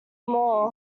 more